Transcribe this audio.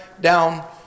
down